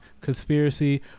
conspiracy